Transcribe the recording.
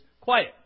Quiet